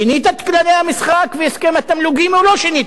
שינית את כללי המשחק והסכם התמלוגים או לא שינית?